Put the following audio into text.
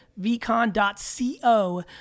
vcon.co